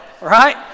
right